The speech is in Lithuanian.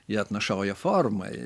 jie atnašauja formą